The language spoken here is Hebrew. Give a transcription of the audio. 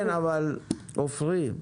עפרי,